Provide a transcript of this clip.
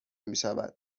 میشود